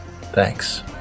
Thanks